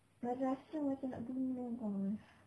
madrasah macam nak pergi pun angun